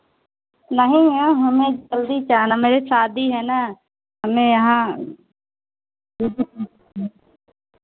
नहीं मैम हमें जल्दी चाहना मेरे शादी है ना हमें यहाँ